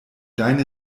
deine